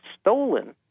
stolen